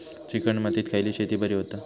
Chicken मातीत खयली शेती बरी होता?